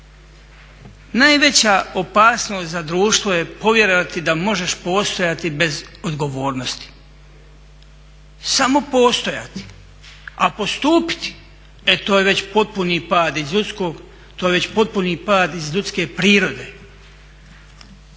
Najveća opasnost za društvo je povjerovati da možeš postojati bez odgovornosti, samo postojati a postupiti e to je već potpuni pad iz ljudskog,